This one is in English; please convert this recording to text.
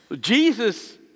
Jesus